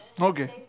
Okay